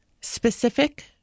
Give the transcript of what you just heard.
Specific